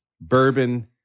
bourbon